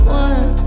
one